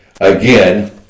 again